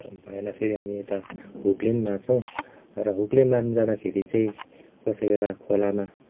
भएन फेरि यता हुकले पनि मार्छौँ र हुकले मार्न जाँदाखेरि चाहिँ कसै बेला खोलामा